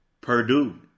Purdue